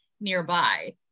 nearby